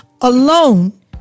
alone